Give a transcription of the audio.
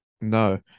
No